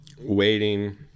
waiting